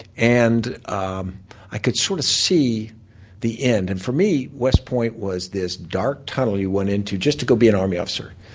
and um i could sort of see the end. and for me, west point was this dark tunnel you went into, just to go be an army officer.